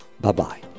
Bye-bye